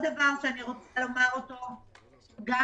בנוסף,